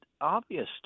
obvious